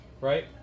Right